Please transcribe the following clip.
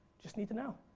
just need to know.